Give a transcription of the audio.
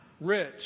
rich